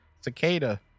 Cicada